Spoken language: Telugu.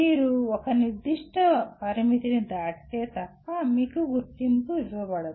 మీరు ఒక నిర్దిష్ట పరిమితిని దాటితే తప్ప మీకు గుర్తింపు ఇవ్వబడదు